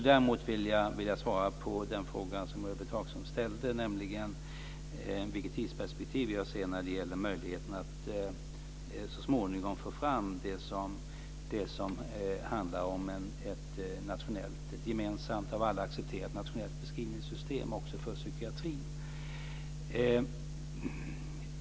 Däremot vill jag svara på den fråga som Ulla-Britt Hagström ställde i början av sitt inlägg, nämligen vilket tidsperspektiv jag ser när det gäller möjligheten att så småningom få fram ett gemensamt, av alla accepterat nationellt beskrivningssystem också för psykiatrin.